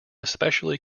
especially